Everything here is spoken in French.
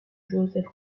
joseph